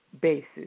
basis